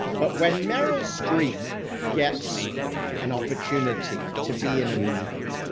but when meryl streep gets an opportunity to be in a movie,